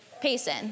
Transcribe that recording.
Payson